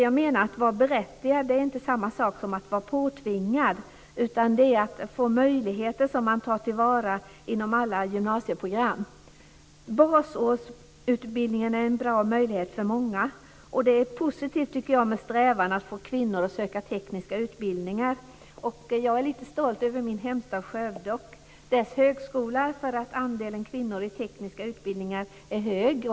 Jag menar att vara berättigad till något inte är samma sak som att vara påtvingad något. Det ska finnas möjligheter att ta till vara inom alla gymnasieprogram. Basårsutbildningen är en bra möjlighet för många, och jag tycker att det är en positiv strävan att få kvinnor att söka till tekniska utbildningar. Jag är lite stolt över att andelen kvinnor i tekniska utbildningar är stor vid högskolan i min hemstad Skövde.